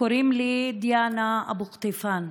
קוראים לי דיאנה אבו קטיפאן,